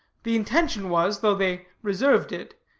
the intention was, though they reserved it,